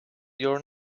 your